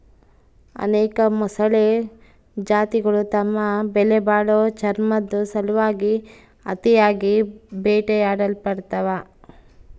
ಅನೇಕ ಮೊಸಳೆ ಜಾತಿಗುಳು ತಮ್ಮ ಬೆಲೆಬಾಳೋ ಚರ್ಮುದ್ ಸಲುವಾಗಿ ಅತಿಯಾಗಿ ಬೇಟೆಯಾಡಲ್ಪಡ್ತವ